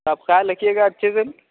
آپ خیال رکھیے گا اچھے سے